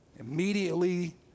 Immediately